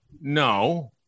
no